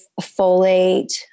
folate